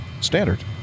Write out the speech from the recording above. Standard